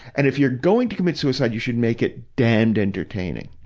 and if you're going to commit suicide, you should make it damned entertaining.